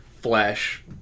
flash